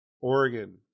Oregon